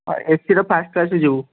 ହଁ ଏସିର ଫାର୍ଷ୍ଟ୍ କ୍ଳାସରେ ଯିବୁ